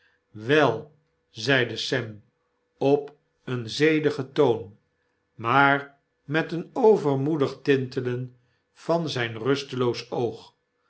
wel zeide sem op een zedigen toon maar met een overmoedig tintelen van zynrusteloos oog